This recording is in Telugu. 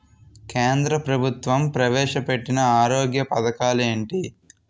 కేంద్ర ప్రభుత్వం ప్రవేశ పెట్టిన ఆరోగ్య పథకాలు ఎంటి?